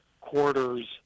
quarters